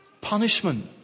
punishment